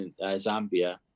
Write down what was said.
Zambia